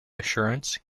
assurance